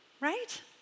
right